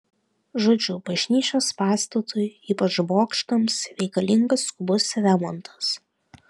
žodžiu bažnyčios pastatui ypač bokštams reikalingas skubus remontas